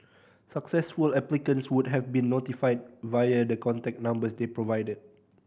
successful applicants would have been notified via the contact numbers they provided